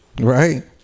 right